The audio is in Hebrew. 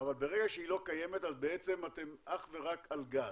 אבל ברגע שהיא לא קיימת, אתם אך ורק על גז.